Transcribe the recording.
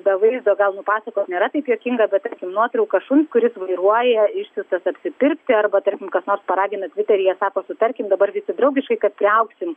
be vaizdo gal nupasakot nėra taip juokinga bet tarkim nuotrauka šuns kuris vairuoja išsiųstas apsipirkti arba tarkim kas nors paragina tviteryje sako sutarkim dabar visi draugiškai kad priaugsim